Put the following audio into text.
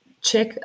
check